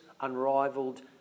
unrivaled